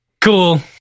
Cool